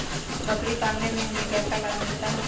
बकरी पालने से हमें क्या लाभ मिलता है?